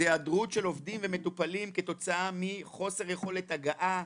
זה היעדרות של עובדים ומטופלים כתוצאה מחוסר יכולת הגעה,